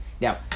Now